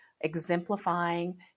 exemplifying